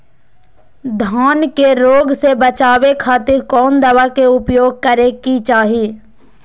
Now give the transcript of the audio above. धान के रोग से बचावे खातिर कौन दवा के उपयोग करें कि चाहे?